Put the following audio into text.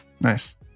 Nice